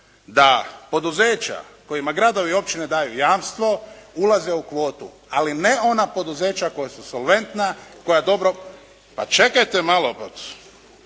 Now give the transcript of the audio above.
da poduzeća kojima gradovi i općine daju jamstvo ulaze u kvotu ali ne ona poduzeća koja su solventna, koja dobro. …/Upadica se